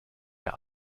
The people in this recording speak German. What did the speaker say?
der